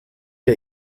der